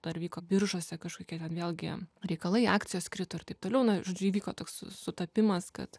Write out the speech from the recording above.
dar vyko biržose kažkokie ten vėlgi reikalai akcijos krito ir taip toliau žodžiu įvyko toks sutapimas kad